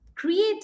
create